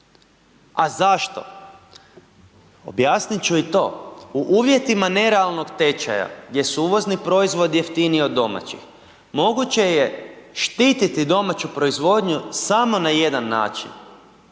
A zašto? Objasnit ću i to. U uvjetima nerealnog tečaja gdje su uvozni proizvodi jeftiniji od domaćih moguće je štititi domaću proizvodnju samo na jedan način,